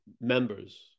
members